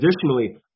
additionally